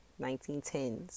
1910s